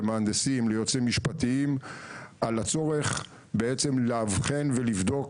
למהנדסים וליועצים משפטיים על הצורך לאבחן ולבדוק